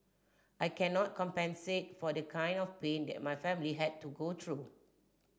I cannot compensate for the kind of pain that my family had to go through